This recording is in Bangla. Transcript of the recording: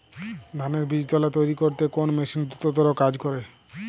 ধানের বীজতলা তৈরি করতে কোন মেশিন দ্রুততর কাজ করে?